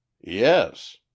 Yes